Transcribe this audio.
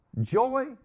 Joy